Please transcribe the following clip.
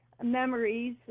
memories